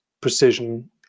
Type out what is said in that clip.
precision